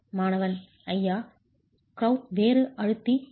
மாணவன் ஐயா க்ரௌட் வேறு அமுக்கி இருக்கும்